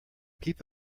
peep